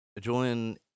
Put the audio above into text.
Julian